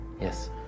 Yes